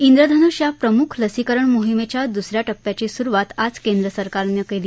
इंद्रधन्ष या लसीकरण मोहीमेच्या द्सऱ्या टप्प्याची स्रुवात आज केंद्र सरकारनं केली